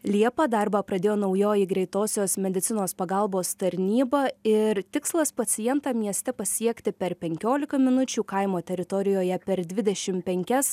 liepą darbą pradėjo naujoji greitosios medicinos pagalbos tarnyba ir tikslas pacientą mieste pasiekti per penkiolika minučių kaimo teritorijoje per dvidešim penkias